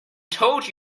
told